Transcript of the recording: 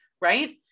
Right